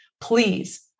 please